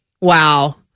Wow